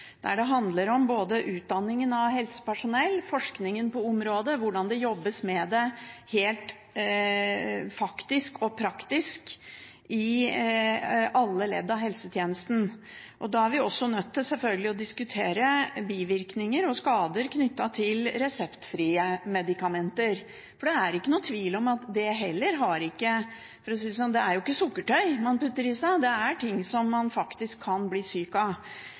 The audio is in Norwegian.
der det handler om både utdanningen av helsepersonell, forskningen på området og hvordan det jobbes med det faktisk og praktisk i alle ledd av helsetjenesten. Da er vi også nødt til, selvfølgelig, å diskutere bivirkninger og skader knyttet til reseptfrie medikamenter. For det er ikke noen tvil om, for å si det sånn, at det er ikke sukkertøy man putter i seg, det er ting man faktisk kan bli syk av.